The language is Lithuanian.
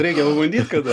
reikia pabandyt kada